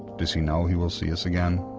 does he know he will see us again,